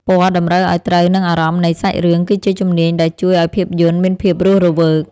ពណ៌តម្រូវឱ្យត្រូវនឹងអារម្មណ៍នៃសាច់រឿងគឺជាជំនាញដែលជួយឱ្យភាពយន្តមានភាពរស់រវើក។